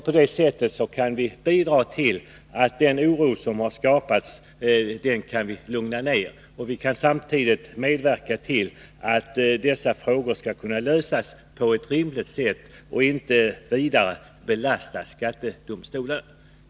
På det viset kan vi medverka till att lindra den oro som har skapats och till att öka möjligheterna att lösa dessa frågor på ett tillfredsställande sätt utan att ytterligare belasta skattedomstolarna.